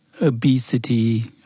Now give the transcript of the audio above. obesity